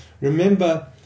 Remember